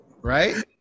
Right